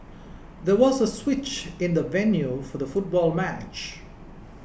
there was a switch in the venue for the football match